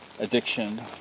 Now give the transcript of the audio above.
Addiction